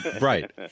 right